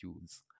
use